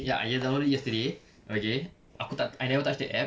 ya I downloaded it yesterday okay aku tak I never touch the app